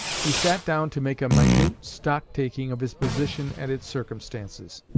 he sat down to make a minute stock-taking of his position and its circumstances.